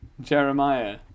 jeremiah